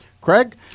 Craig